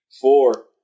Four